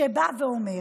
שבא ואומר